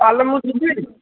ତା'ହେଲେ ମୁଁ ଯିବି